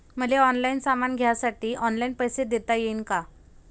मले ऑनलाईन सामान घ्यासाठी ऑनलाईन पैसे देता येईन का?